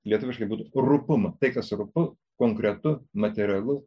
lietuviškai rupumą tai kas rupu konkretu materialu